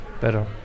better